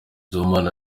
sibomana